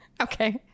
Okay